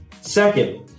Second